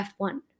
F1